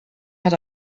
had